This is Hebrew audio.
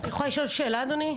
אני יכולה לשאול שאלה אדוני?